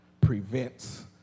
prevents